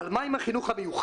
אבל מה עם החינוך המיוחד?